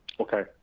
Okay